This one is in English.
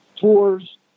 tours